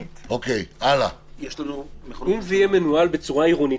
אם זה יהיה מנוהל בצורה עירונית,